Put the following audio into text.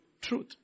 truth